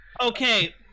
okay